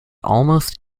almost